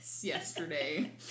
yesterday